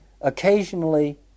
occasionally